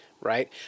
Right